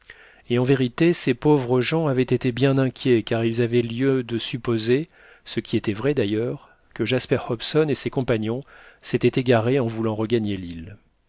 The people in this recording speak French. et en vérité ces pauvres gens avaient été bien inquiets car ils avaient lieu de supposer ce qui était vrai d'ailleurs que jasper hobson et ses compagnons s'étaient égarés en voulant regagner l'île